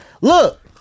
Look